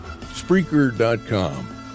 Spreaker.com